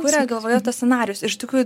kuria galvoje tuos scenarijus ir iš tikrųjų